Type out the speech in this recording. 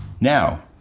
Now